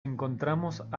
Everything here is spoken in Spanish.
encontramos